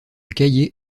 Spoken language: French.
caillé